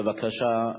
בבקשה.